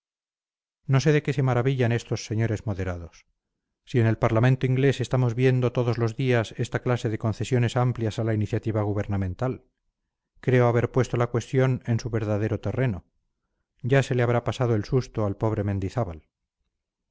no sé de qué se maravillan estos señores moderados si en el parlamento inglés estamos viendo todos los días esta clase de concesiones amplias a la iniciativa gubernamental creo haber puesto la cuestión en su verdadero terreno ya se le habrá pasado el susto al pobre mendizábal